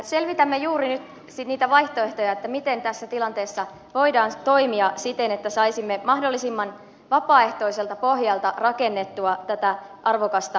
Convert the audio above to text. selvitämme juuri nyt niitä vaihtoehtoja miten tässä tilanteessa voidaan toimia siten että saisimme mahdollisimman vapaaehtoiselta pohjalta rakennettua tätä arvokasta suojeluohjelmaa